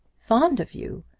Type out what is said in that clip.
fond of you!